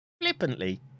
flippantly